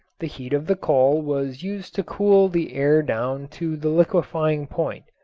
the heat of the coal was used to cool the air down to the liquefying point.